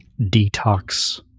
detox